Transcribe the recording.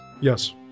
Yes